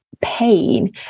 pain